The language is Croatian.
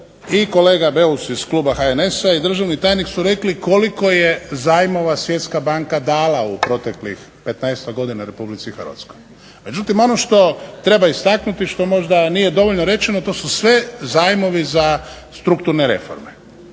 i kolega Beus iz kluba HNS-a i državni tajnik su rekli koliko je zajmova Svjetska banka dala u proteklih 15-tak godina u Republici Hrvatskoj. Međutim ono što treba istaknuti, što možda nije dovoljno rečeno, to su sve zajmovi za strukturne reforme.